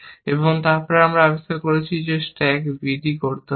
এবং তারপর আমরা আবিষ্কার করেছি যে স্ট্যাক b d করতে হবে